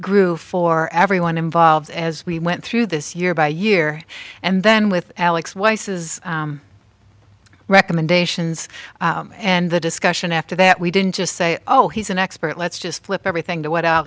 grew for everyone involved as we went through this year by year and then with alex weiss is recommendations and the discussion after that we didn't just say oh he's an expert let's just flip everything to w